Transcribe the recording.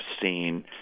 seen